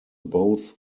both